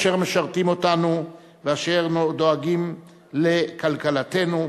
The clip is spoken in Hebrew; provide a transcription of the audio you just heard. אשר משרתים אותנו ואשר דואגים לכלכלתנו.